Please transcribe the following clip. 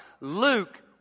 Luke